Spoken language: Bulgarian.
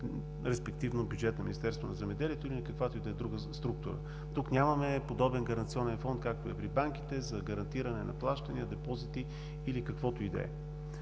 респективно бюджета на Министерството на земеделието или каквато и да е друга структура. Тук нямаме подобен Гаранционен фонд, както е при банките, за гарантиране на плащания, депозити или каквото и да е.